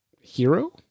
hero